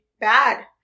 bad